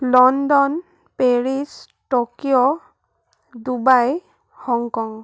London Paris Tokyo Dubai Hong Kong